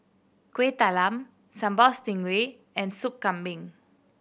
Kuih Talam Sambal Stingray and Sop Kambing